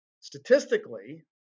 Statistically